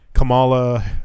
Kamala